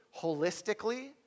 holistically